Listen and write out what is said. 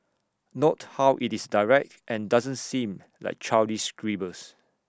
note how IT is direct and doesn't seem like childish scribbles